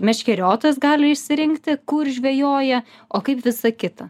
meškeriotojas gali išsirinkti kur žvejoja o kaip visa kita